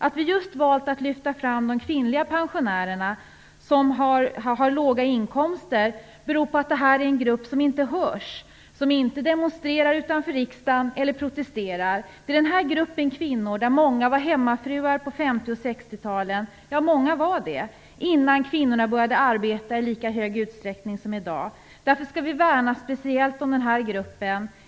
Att vi valt att lyfta fram just kvinnliga pensionärer som har låga inkomster beror på att det är en grupp som inte hörs, som inte demonstrerar utanför riksdagen och som inte protesterar. Det var många i den gruppen kvinnor som var hemmafruar på 50 och 60 talen, innan kvinnorna började arbeta i lika stor utsträckning som i dag är fallet. Därför skall vi speciellt värna om den gruppen.